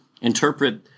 interpret